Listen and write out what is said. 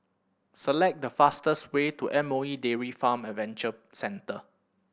select the fastest way to M O E Dairy Farm Adventure Centre